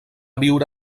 viure